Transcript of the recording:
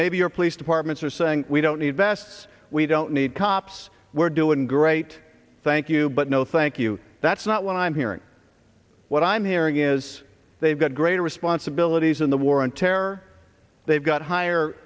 maybe your police departments are saying we don't need vests we don't need cops we're doing great thank you but no thank you that's not what i'm hearing what i'm hearing is they've got greater responsibilities in the war on terror they've got higher